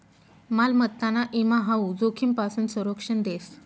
मालमत्ताना ईमा हाऊ जोखीमपासून संरक्षण देस